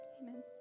Amen